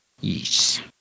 Yes